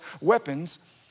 weapons